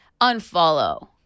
unfollow